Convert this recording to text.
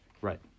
right